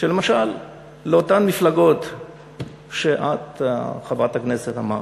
שלמשל אותן מפלגות שאת, חברת הכנסת, אמרת,